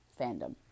fandom